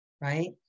right